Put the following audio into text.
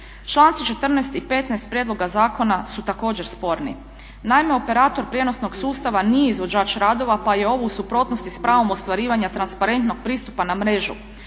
Članci 14. i 15. prijedloga zakona su također sporni. Naime, operator prijenosnog sustava nije izvođač radova pa je ovo u suprotnosti s pravom ostvarivanja transparentnog pristupa na mrežu.